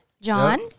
John